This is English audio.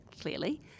clearly